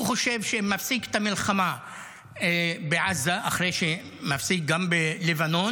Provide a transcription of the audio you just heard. הוא חושב שאם יפסיק את המלחמה בעזה אחרי שהוא מפסיק גם בלבנון,